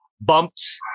bumps